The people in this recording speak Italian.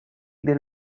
del